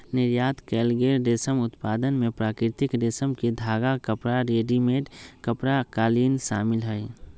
निर्यात कएल गेल रेशम उत्पाद में प्राकृतिक रेशम के धागा, कपड़ा, रेडीमेड कपड़ा, कालीन शामिल हई